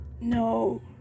No